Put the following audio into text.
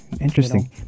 Interesting